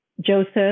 joseph